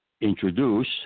introduce